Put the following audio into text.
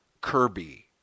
Kirby